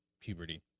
puberty